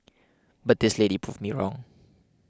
but this lady proved me wrong